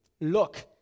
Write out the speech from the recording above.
look